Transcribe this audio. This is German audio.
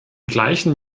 gleichen